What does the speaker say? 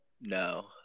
No